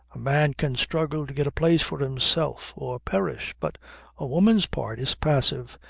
a man can struggle to get a place for himself or perish. but a woman's part is passive,